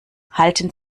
halten